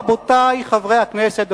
רבותי חברי הכנסת,